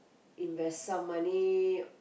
invest some money